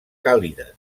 càlides